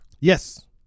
yes